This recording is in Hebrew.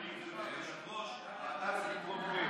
אדוני היושב-ראש, לוועדה לביטחון הפנים.